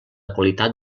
qualitat